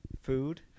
Food